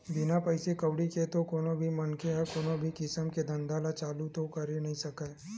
बिना पइसा कउड़ी के तो कोनो भी मनखे ह कोनो भी किसम के धंधा ल चालू तो करे नइ सकय